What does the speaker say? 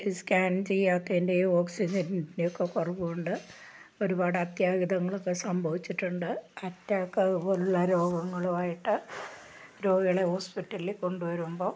ഈ സ്കാൻ ചെയ്യാത്തതിൻ്റെയോ ഓക്സിജൻ്റെയൊക്കെ കുറവ് കൊണ്ട് ഒരുപാട് അത്യാഹിതങ്ങളൊക്കെ സംഭവിച്ചിട്ടുണ്ട് അറ്റാക്ക് അതുപോലെയുള്ള രോഗങ്ങളുമായിട്ട് രോഗികളെ ഹോസ്പിറ്റലിൽ കൊണ്ടുവരുമ്പം